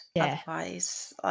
otherwise